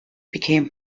became